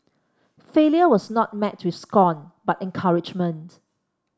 failure was not met with scorn but encouragement